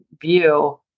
view